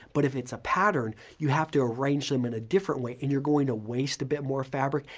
but if it's a pattern, you have to arrange them in a different way and you're going to waste a bit more fabric.